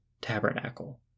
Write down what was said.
tabernacle